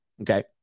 Okay